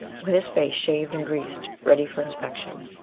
with his face shaved and greased, ready for inspection.